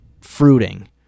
fruiting